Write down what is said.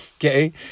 Okay